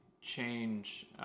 change